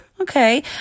okay